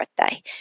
birthday